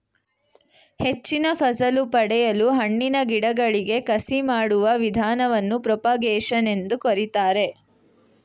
ಹೆಚ್ಚಿನ ಫಸಲು ಪಡೆಯಲು ಹಣ್ಣಿನ ಗಿಡಗಳಿಗೆ ಕಸಿ ಮಾಡುವ ವಿಧಾನವನ್ನು ಪ್ರೋಪಾಗೇಶನ್ ಎಂದು ಕರಿತಾರೆ